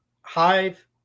Hive